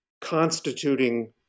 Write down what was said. constituting